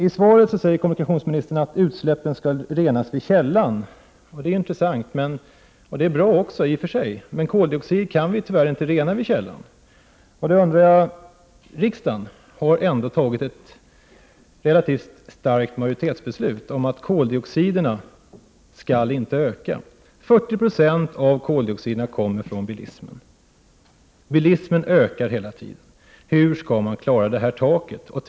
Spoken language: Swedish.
I svaret säger kommunikationsministern att utsläppen skall renas vid källan. Det är i och för sig bra och intressant. Men koldioxid kan tyvärr inte renas vid källan, och riksdagen har ändå fattat ett relativt starkt majoritetsbeslut om att koldioxiderna inte skall öka. 40 96 av koldioxiderna kommer från bilismen, och bilismen ökar hela tiden. Hur skall då regeringen klara detta tak?